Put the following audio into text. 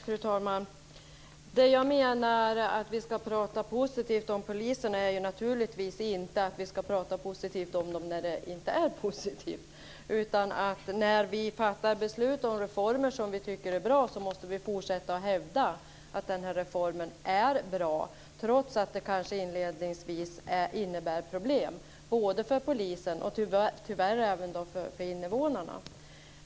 Fru talman! Det jag menar att vi ska tala positivt om när det gäller polisen är naturligtvis inte när det inte är positivt. Jag menar att när vi fattar beslut om en reform som vi tycker är bra så måste vi fortsätta att hävda att denna reform är bra, trots att det inledningsvis kanske innebär problem, för polisen och tyvärr även för invånarna.